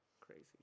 Crazy